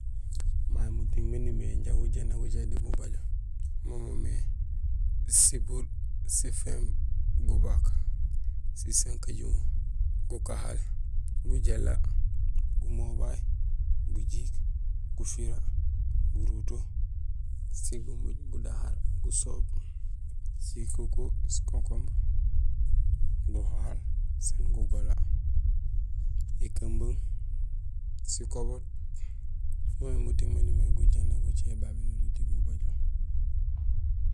Mamu muting maan umimé gujééna gucé diit mubajo mo moomé: sibuur, sifééb, gubaak, sosankajumo, gukahaal, gujéél, gumobay, gujiik, gufira, guruto, sigumbuuj, gudahar, gusoob, sikuku, sikonkombre; guhaal, sén gugola, ékumbung, sikoboot, mémééŋ manumiré gujééna gucé babé noli lét mubajo.